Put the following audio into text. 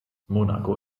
monaco